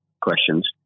questions